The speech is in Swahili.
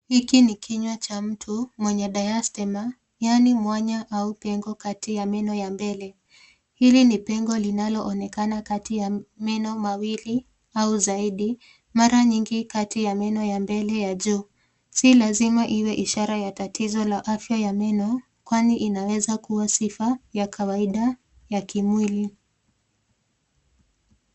Hiki ni kinywa cha mtu mwenye diastema , yani mwanya au pengo kati ya meno ya mbele. Hili ni pengo linaloonekana kati ya meno mawili au zaidi mara nyingi kati ya meno ya mbele ya juu. Si lazima iwe ishara ya tatizo la afya ya meno kwani inaweza kuwa sifa ya kawaida ya kimwili.